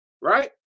right